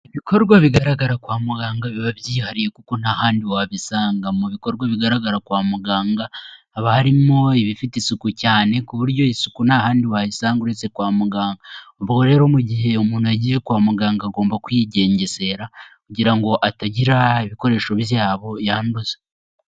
Ibikorwa bigaragara kwa muganga biba byihariye kuko nta handi wabisanga. Mu bikorwa bigaragara kwa muganga haba harimo ibifite isuku cyane, ku buryo isuku nta handi wayisanga uretse kwa muganga. Ubwo rero mu gihe umuntu yagiye kwa muganga agomba kwigengesera kugira ngo atagira ibikoresho byabo yanduza.